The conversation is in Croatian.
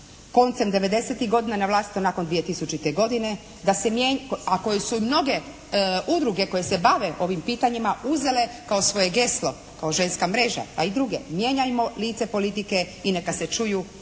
koncem '90.-tih godina, na vlastito nakon 2000. godine, a koji su mnoge udruge koje se bave ovim pitanjima uzele kao svoje geslo, kao ženska mreža pa i druge, mijenjajmo lice politike i neka se čuju i